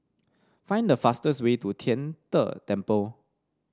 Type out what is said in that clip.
find the fastest way to Tian De Temple